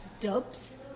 dubs